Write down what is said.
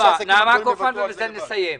נעמה קאופמן, ובזה נסיים.